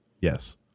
yes